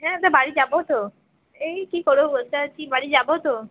হ্যাঁ তা বাড়ি যাব তো এই কী করব বসে আছি বাড়ি যাব তো